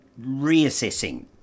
reassessing